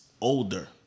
older